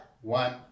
One